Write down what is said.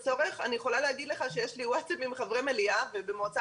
יכולה להגיד לך שיש לי ווטסאפ עם חברי מליאה - ובמועצה